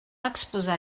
exposar